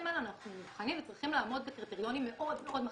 האלה אנחנו נבחנים וצריכים לעמוד בקריטריונים מאוד מאוד מחמירים.